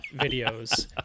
videos